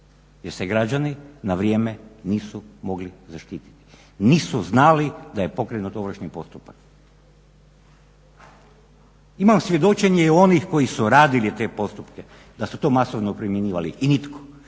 jer se građani na vrijeme nisu mogli zaštititi. Nisu znali da je pokrenut ovršni postupak. Imam svjedočenje onih koji su radili te postupke da su to masovno primjenjivali i nitko